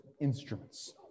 instruments